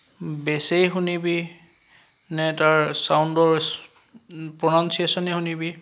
বেছেই শুনিবি নে তাৰ ছাউণ্ডৰ প্ৰনাউনচিয়েশ্যনেই শুনিবি